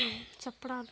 ᱥᱟᱯᱲᱟᱣ